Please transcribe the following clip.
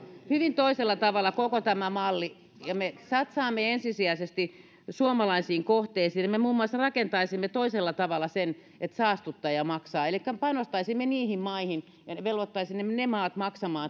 hyvin toisella tavalla koko tämän mallin ja me satsaamme ensisijaisesti suomalaisiin kohteisiin me muun muassa rakentaisimme toisella tavalla sen että saastuttaja maksaa elikkä panostaisimme niihin maihin ja velvoittaisimme ne ne maat maksamaan